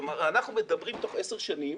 זאת אומרת, אנחנו מדברים תוך 10 שנים